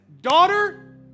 daughter